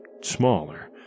smaller